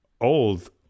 old